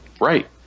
Right